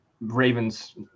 Ravens